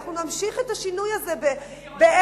אנחנו נמשיך את השינוי הזה בעזרתכם,